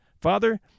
Father